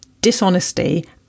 dishonesty